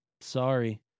Sorry